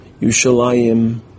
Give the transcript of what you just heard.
Yushalayim